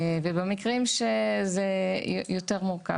במקרים שזה מורכב יותר,